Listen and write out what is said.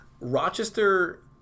Rochester